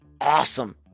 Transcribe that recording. awesome